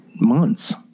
months